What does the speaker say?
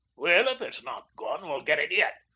well, if it's not gone we'll get it yet.